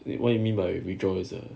what you mean by withdrawal